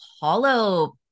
hollow